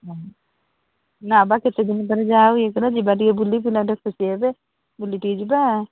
ହଁ ନା ପା କେତେଦିନ ପରେ ଯାହା ହେଉ ଏଇଥର ଯିବା ଟିକେ ବୁଲି ପିଲା ଟିକେ ଖୁସି ହେବେ ବୁଲି ଟିକେ ଯିବା